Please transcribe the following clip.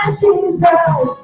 jesus